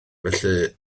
felly